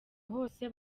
hose